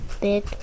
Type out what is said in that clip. big